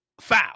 foul